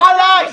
לא עליי.